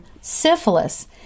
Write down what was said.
syphilis